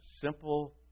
simple